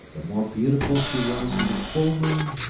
the more beautiful she was in the full moon,